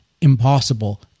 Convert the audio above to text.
impossible